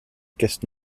caisse